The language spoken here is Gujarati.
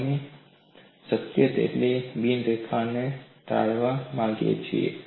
અમે શક્ય તેટલી બિનરેખાને ટાળવા માંગીએ છીએ